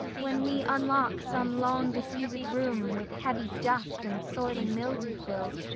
when we unlock some long-disused room with heavy dust and soiling mildew filled,